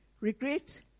Regret